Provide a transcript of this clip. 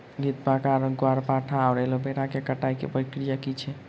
घृतक्वाइर, ग्यारपाठा वा एलोवेरा केँ कटाई केँ की प्रक्रिया छैक?